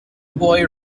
boy